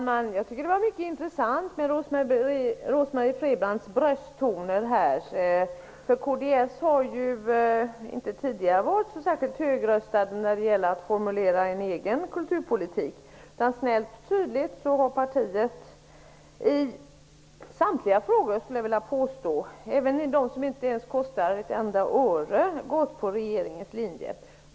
Herr talman! Det var mycket intressant att höra Rose-Marie Frebran ta till brösttoner. Kds har ju inte tidigare varit så särskilt högröstat i framförandet av en egen kulturpolitik, utan man har snällt i partiet, skulle jag vilja påstå, i samtliga frågor, även i sådana som inte skulle innebära ett enda öre i utgifter, gått på regeringens linje.